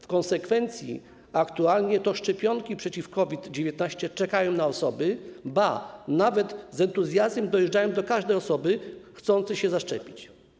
W konsekwencji aktualnie to szczepionki przeciw COVID-19 czekają na osoby, ba, nawet z entuzjazmem dojeżdżają do każdej osoby chcącej się zaszczepić.